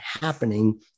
happening